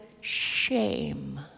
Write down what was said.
shame